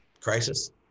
Crisis